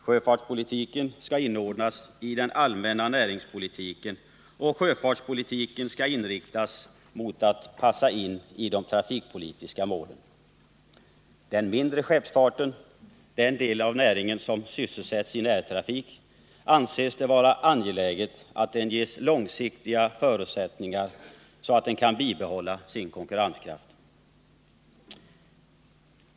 Sjöfartspolitiken skall inordnas i den allmänna näringspolitiken, och sjöfartspolitiken skall inriktas mot att passa in i de trafikpolitiska målen. Vad avser den mindre skeppsfarten — den del av näringen som sysselsättes i närtrafik — anses det vara angeläget att den ges sådana långsiktiga förutsättningar att den kan bibehålla sin konkurrenskraft.